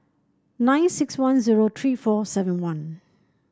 nine six one zero three four seven one